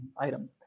item